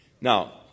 Now